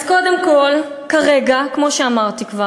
קודם כול, כרגע, כמו שכבר אמרתי,